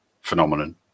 phenomenon